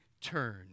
turn